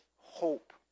hope